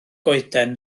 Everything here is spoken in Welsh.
goeden